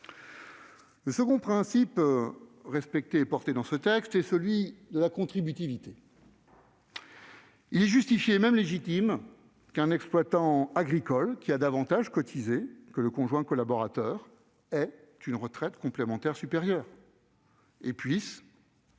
Le deuxième principe respecté dans ce texte est celui de la contributivité. Il est justifié, et même légitime, qu'un exploitant agricole qui a davantage cotisé que son conjoint collaborateur perçoive une retraite complémentaire supérieure et puisse, d'ailleurs,